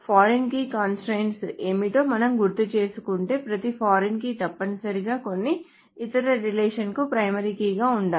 foreign key constraints ఏమిటో మనం గుర్తుచేసుకుంటే ప్రతి ఫారిన్ కీ తప్పనిసరిగా కొన్ని ఇతర రిలేషన్స్ కు ప్రైమరీ కీగా ఉండాలి